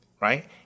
right